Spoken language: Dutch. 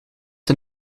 een